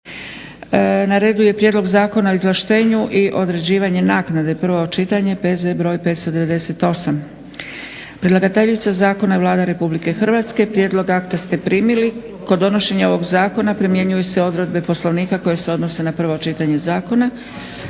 Na redu je - Prijedlog zakona o izvlaštenju i određivanju naknade, prvo čitanje, P.Z. br. 598. Predlagateljica zakona je Vlada Republike Hrvatske. Prijedlog akta ste primili. Kod donošenja ovog zakona primjenjuju se odredbe Poslovnika koje se odnose na prvo čitanje zakona.